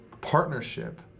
partnership